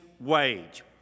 wage